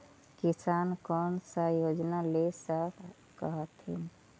किसान कोन सा योजना ले स कथीन?